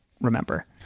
remember